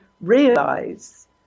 realize